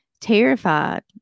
terrified